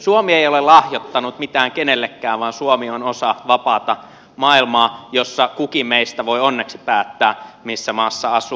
suomi ei ole lahjoittanut mitään kenellekään vaan suomi on osa vapaata maailmaa jossa kukin meistä voi onneksi päättää missä maassa asuu